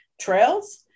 trails